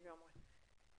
לגמרי.